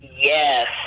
yes